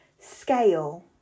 scale